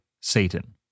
Satan